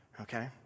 Okay